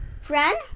friend